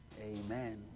Amen